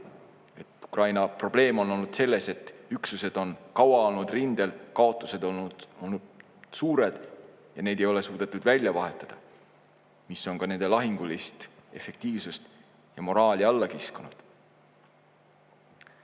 Ukraina probleem on olnud selles, et üksused on kaua olnud rindel, kaotused on olnud suured ja neid ei ole suudetud välja vahetada, mis on ka nende lahingulist efektiivsust ja moraali alla kiskunud.